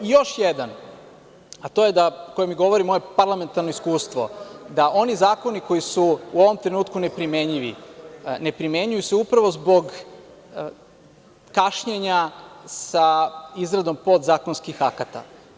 Još jedan, a to je, koje mi govori moje parlamentarno iskustvo, da oni zakoni koji su u ovom trenutku neprimenjivi, ne primenjuju se upravo zbog kašnjenja sa izradom podzakonskih akata.